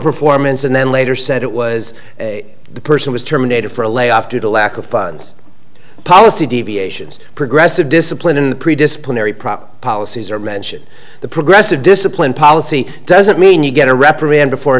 performance and then later said it was the person was terminated for a layoff due to lack of funds policy deviations progressive discipline in the pre disciplinary prop policies or mention the progressive discipline policy doesn't mean you get a reprimand before